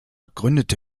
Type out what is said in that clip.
gründete